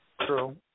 True